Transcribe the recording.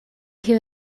hear